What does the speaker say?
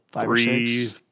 three